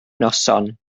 noson